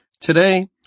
Today